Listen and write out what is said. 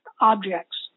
objects